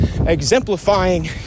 exemplifying